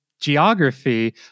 geography